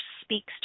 speaks